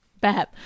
Bab